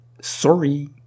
Sorry